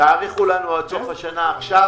תאריכו לנו עד סוף השנה עכשיו,